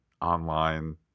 online